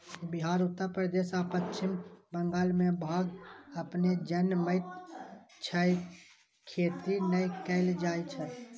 बिहार, उत्तर प्रदेश आ पश्चिम बंगाल मे भांग अपने जनमैत छै, खेती नै कैल जाए छै